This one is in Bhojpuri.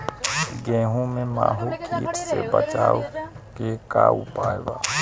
गेहूँ में माहुं किट से बचाव के का उपाय बा?